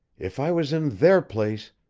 if i was in their place,